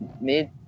mid